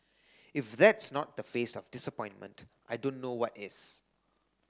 if that's not the face of disappointment I don't know what is